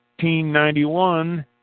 1991